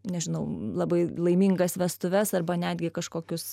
nežinau labai laimingas vestuves arba netgi kažkokius